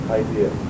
idea